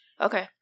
Okay